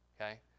okay